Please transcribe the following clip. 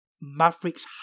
Maverick's